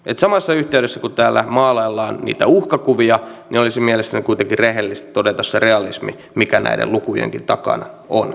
että samassa yhteydessä kun täällä maalaillaan niitä uhkakuvia niin olisi mielestäni kuitenkin rehellistä todeta se realismi mikä näiden lukujenkin takana on